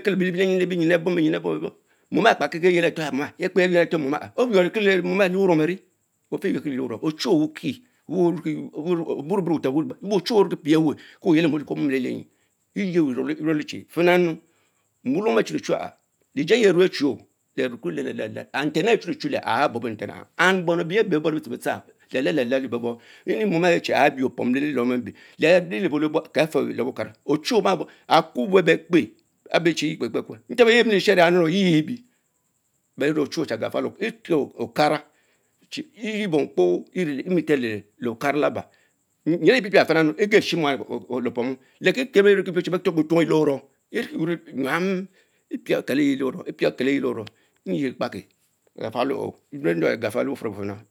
tuo owop befch, onwep owen ofefer ewerch the egalimeshim le-clich Keh eyworks ystor erie quobe lumang enyam norum, Etemama umig, clich wuran ebuye enyam, agbem kis pís lee miel leh wulom, nawe chh nkalbere pom pom pom cuh enh otweh kembom onabnak, bedung berienu, olielie wurang aweh bedung, oma man legbujin self, oma maa lee Egoriju eyum Kpedee, enyi opiale ofeh mbuabree, ofeh owob, ofeh nyinunyinu abie rie nu tse tse ofem lepuo tse tse tse te ko lieh, lewukoro le-buel nleyley, bresenten, bietentis ape ifitich aupe table Shin Lek oliar your rit shie tea embe kpa ekpe eyie bekurr ebe bemen amala bche bench clue ntam kpuro eciccien bere peh ekpe puat ama kukurr Beripoms chate ben beme puat onus tul man besanny le beleh torch the biale clien wurang etfuel toned lebere ennen mom, kie mom bes Yuerr reh ynor le bele be pieliet eku bele enyem, fie piale anyuerr mor ebel and yin. ebe tse tse the, ok, efifie labake oma omafe Kedengirie.